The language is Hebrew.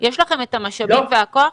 יש לכם את המשאבים והכוח?